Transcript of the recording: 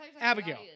Abigail